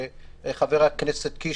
חבר הכנסת קיש,